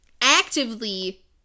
actively